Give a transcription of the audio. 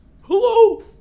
hello